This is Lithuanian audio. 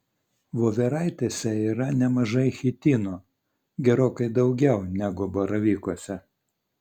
voveraitėse yra nemažai chitino gerokai daugiau negu baravykuose